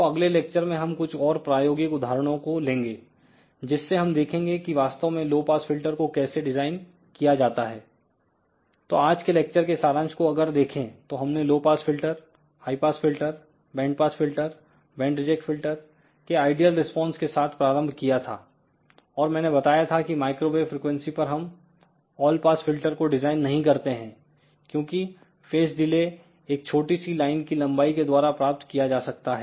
तो अगले लेक्चर में हम कुछ और प्रायोगिक उदाहरणों को लेंगे जिससे हम देखेंगे कि वास्तव में लो पास फिल्टर को कैसे डिजाइन किया जाता है तो आज के लेक्चर के सारांश को अगर देखें तो हमने low pass filter high pass filter band pass filter band reject filter के आइडियल रिस्पांस के साथ प्रारंभ किया था और मैंने बताया था की माइक्रोवेव फ्रिकवेंसी पर हम ऑल पास फिल्टर को डिजाइन नहीं करते हैं क्योंकि फेस ड़ीले एक छोटी सी लाइन की लंबाई के द्वारा प्राप्त किया जा सकता है